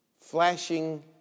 flashing